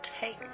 take